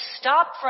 stop